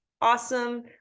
awesome